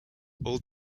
all